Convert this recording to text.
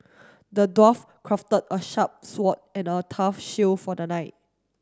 the dwarf crafted a sharp sword and a tough shield for the knight